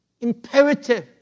imperative